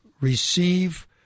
receive